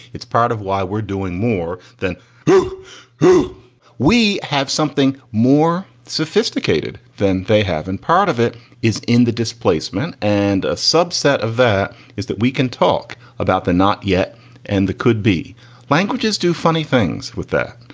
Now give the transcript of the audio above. it's part of why we're doing more than who who we have something more sophisticated than they have. and part of it is in the displacement. and a subset of that is that we can talk about the not yet and the could be languages do funny things with that.